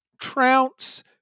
trounce